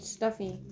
Stuffy